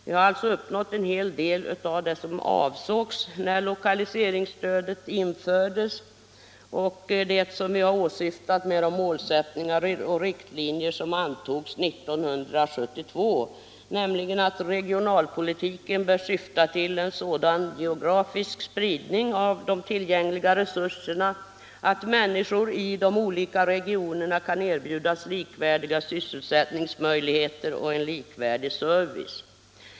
Vi har alltså uppnått en hel del av det som avsågs när lokaliseringsstödet infördes och det vi åsyftade med de målsättningar och riktlinjer som antogs 1972, nämligen att regionalpolitiken bör syfta till en sådan geografisk spridning av de tillgängliga resurserna att människor i de olika regionerna kan erbjudas likvärdiga sysselsättningsmöjligheter och en likvärdig service.